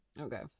Okay